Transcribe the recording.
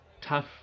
tough